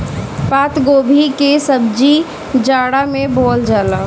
पातगोभी के सब्जी जाड़ा में बोअल जाला